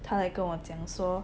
她来跟我讲说